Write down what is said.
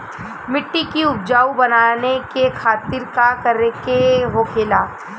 मिट्टी की उपजाऊ बनाने के खातिर का करके होखेला?